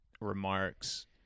remarks